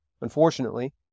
Unfortunately